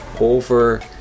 over